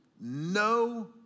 no